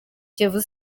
kiyovu